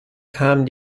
kam